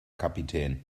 kapitän